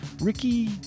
Ricky